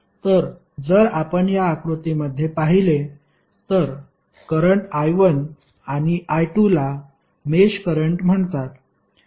तर जर आपण या आकृत्यामध्ये पाहिले तर करंट I1 आणि I2 ला मेष करंट म्हणतात